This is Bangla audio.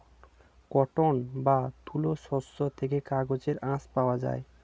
কটন বা তুলো শস্য থেকে কাপড়ের আঁশ পাওয়া যায়